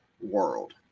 world